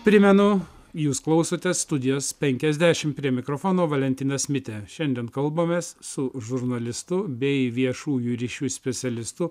primenu jūs klausotės studijos penkiasdešimt prie mikrofono valentinas mitė šiandien kalbamės su žurnalistu bei viešųjų ryšių specialistu